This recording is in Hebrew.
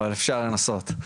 אבל אפשר לנסות.